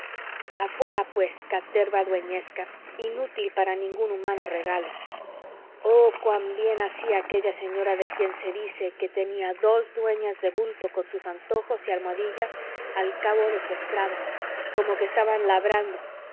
afuera pues caterva dueñesca inútil para ningún humano regalo oh cuán bien hacía aquella señora de quien se dice que tenía dos dueñas de bulto con sus antojos y almohadillas al cabo de su estrado como que estaban labrando